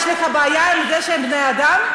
יש לך בעיה עם זה שהם בני אדם?